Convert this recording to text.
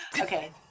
Okay